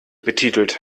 betitelt